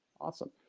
Awesome